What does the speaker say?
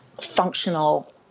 functional